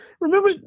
Remember